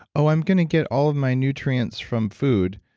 oh, i'm going to get all of my nutrients from food,